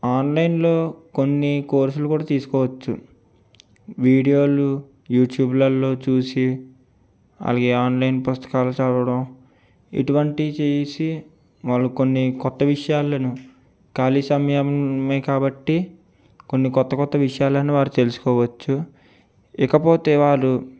online లో కొన్ని కోర్సులు కూడా తీసుకోవచ్చు వీడియోలు యూట్యూబ్ లల్లో చూసి అలాగే ఆన్లైన్ పుస్తకాలు చదవడం ఇటువంటి చేసి వాళ్ళు కొన్ని కొత్త విషయాలను ఖాళీ సమయమే కాబట్టి కొన్ని కొత్త కొత్త విషయాలను వారు తెలుసుకోవచ్చు ఇకపోతే వారు